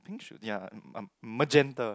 I think should ya um magenta